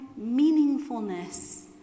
meaningfulness